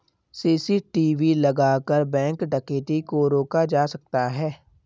CCTV लगाकर bank डकैती को रोका जा सकता है